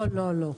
לא לא לא,